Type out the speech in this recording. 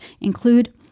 include